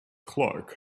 clark